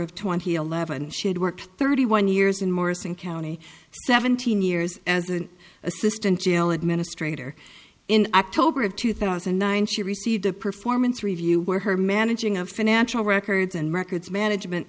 of twenty eleven she had worked thirty one years in morrison county seventeen years as an assistant jail administrator in october of two thousand and nine she received a performance review where her managing of financial records and records management